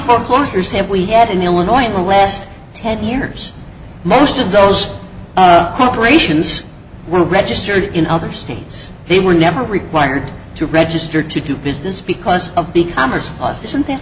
foreclosures have we had in illinois in the last ten years most of those corporations were registered in other states they were never required to register to do business because of the com